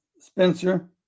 Spencer